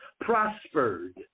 prospered